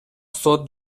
сот